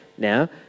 Now